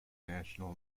national